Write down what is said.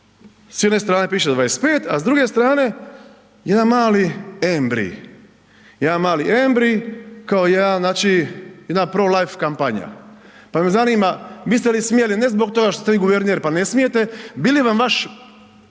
s jedne strane piše 25, a s druge strane jedan mali embrij, jedan mali embrij, kao jedan, znači, jedna pro life kampanja, pa me zanima biste li smjeli, ne zbog toga što ste vi guverner, pa ne smijete, bi li vam vaš,